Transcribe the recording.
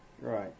Right